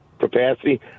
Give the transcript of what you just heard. Capacity